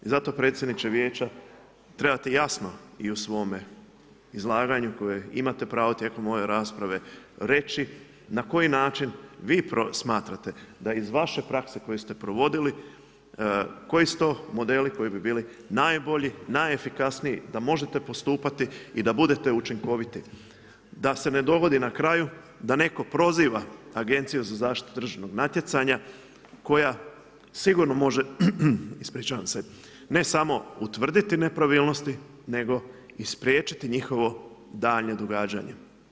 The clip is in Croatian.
I zato predsjedniče Vijeća trebate jasno i u svome izlaganju, koje imate pravo tijekom ove rasprave, reći na koji način vi smatrate da iz vaše prakse koju ste provodili, koji su to modeli, koji bi bili najbolji, najefikasniji, da možete postupati i da budete učinkoviti, da se ne dogodi na kraju da neko proziva Agenciju za zaštitu tržišnog natjecanja koja sigurno može ne samo utvrditi nepravilnosti nego i spriječiti njihovo daljnje događanje.